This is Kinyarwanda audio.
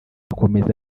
akomeza